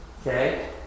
Okay